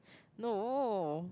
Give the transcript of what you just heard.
no